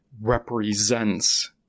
represents